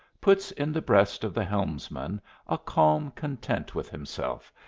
puts in the breast of the helmsman a calm content with himself,